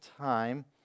time